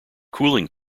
cooling